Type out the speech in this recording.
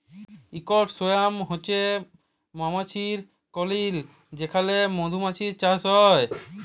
ইকট সোয়ার্ম হছে মমাছির কললি যেখালে মধুমাছির চাষ হ্যয়